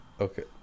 Okay